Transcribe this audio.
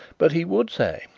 but he would say,